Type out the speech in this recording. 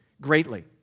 greatly